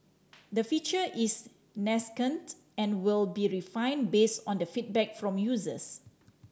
the feature is nascent and will be refined based on feedback from users